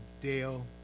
Dale